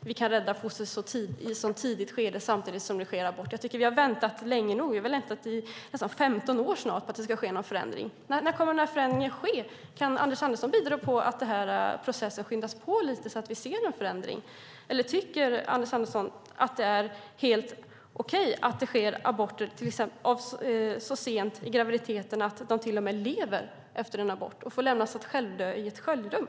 vi kan rädda foster i ett tidigt skede samtidigt som det sker aborter. Jag tycker att vi har väntat länge nog. Vi har väntat i snart 15 år på att det ska ske en förändring. När kommer den här förändringen att ske? Kan Anders Andersson bidra till att den här processen skyndas på lite så att vi ser en förändring? Eller tycker Anders Andersson att det är helt okej att det sker aborter så sent i graviditeten att fostren till och med lever efter en abort och lämnas att självdö i ett sköljrum?